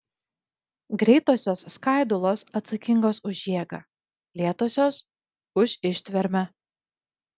greitosios skaidulos atsakingos už jėgą lėtosios už ištvermę